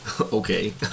Okay